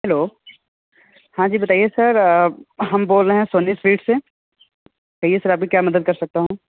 hello हाँ जी बताइए सर हम बोल रहे हैं सोनी स्वीट्स से कहिए सर आपकी क्या मदद कर सकता हूँ